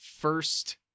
first